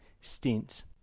stints